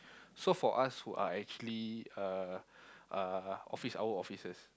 so for us who are actually uh uh office hour officers